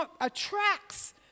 attracts